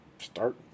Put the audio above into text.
Start